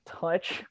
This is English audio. touch